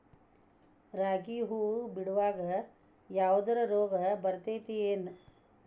ರಾಗಿ ಹೂವು ಬಿಡುವಾಗ ಯಾವದರ ರೋಗ ಬರತೇತಿ ಏನ್?